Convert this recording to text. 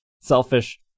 selfish